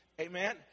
Amen